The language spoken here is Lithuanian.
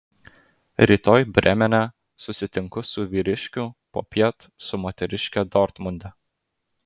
rytoj brėmene susitinku su vyriškiu popiet su moteriške dortmunde